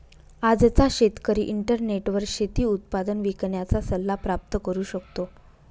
आजचा शेतकरी इंटरनेटवर शेती उत्पादन विकण्याचा सल्ला प्राप्त करू शकतो